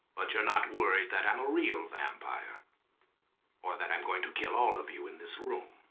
but you're not worried that i'm a real vampire or that i'm going to kill all of you in this room